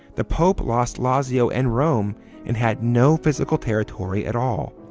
the pope lost lazio and rome and had no physical territory at all,